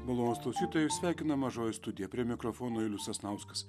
malonūs klausytojai jus sveikina mažoji studija prie mikrofono julius sasnauskas